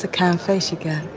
ah can face again.